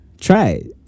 try